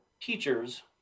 teachers